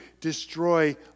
destroy